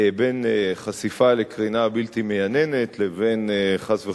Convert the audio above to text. בין חשיפה לקרינה בלתי מייננת לבין, חס וחלילה,